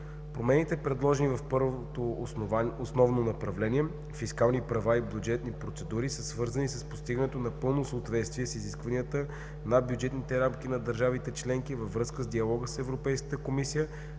Промените, предложени в първото основно направление – фискални правила и бюджетна процедура, са свързани с постигането на пълно съответствие с изискванията за бюджетните рамки на държавите членки във връзка с диалога с Европейската комисия в